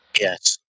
Yes